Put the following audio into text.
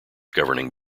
governing